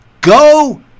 go